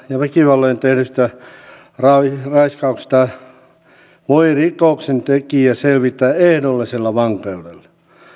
ja väkivalloin tehdystä raiskauksesta voi rikoksentekijä selvitä ehdollisella vankeudella